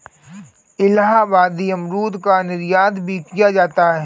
इलाहाबादी अमरूद का निर्यात भी किया जाता है